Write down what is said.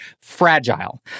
fragile